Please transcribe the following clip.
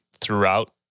throughout